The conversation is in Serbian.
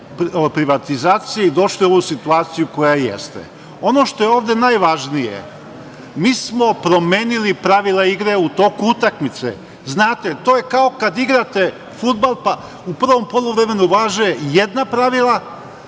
privatizacije i došli u tu situaciju koja jeste. Ono što je ovde najvažnije, mi smo promenili pravila igre u toku utakmice. Znate, to je kao kada igrate fudbal, pa u prvom poluvremenu važe jedna pravila